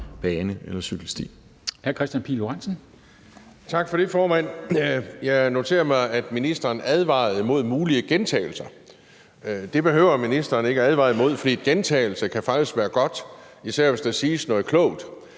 bane eller cykelsti.